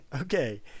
Okay